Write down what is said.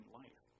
life